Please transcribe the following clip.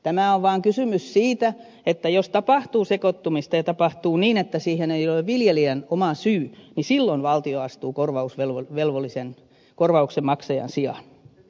tässä on vaan kysymys siitä että jos tapahtuu sekoittumista ja tapahtuu niin että se ei ole viljelijän oma syy niin silloin valtio astuu korvausvelvollisen korvauksen maksajan sijaan